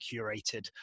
curated